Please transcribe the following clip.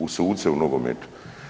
U suce u nogometu.